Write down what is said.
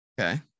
Okay